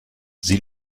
sie